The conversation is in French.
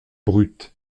brut